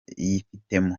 yifitemo